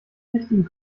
richtigen